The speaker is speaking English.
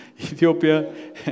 Ethiopia